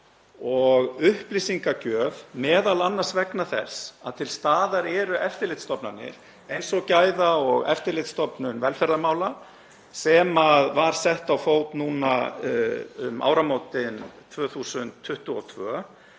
og upplýsingagjöf, m.a. vegna þess að til staðar eru eftirlitsstofnanir eins og Gæða- og eftirlitsstofnun velferðarmála, sem var sett á fót um áramótin